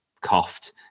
coughed